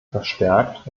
verstärkt